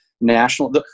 national